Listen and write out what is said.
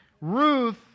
Ruth